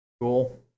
cool